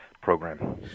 program